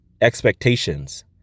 expectations